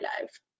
life